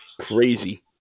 crazy